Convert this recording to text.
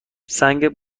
سنگ